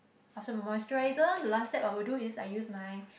after my moisturiser the last step I will do is I use my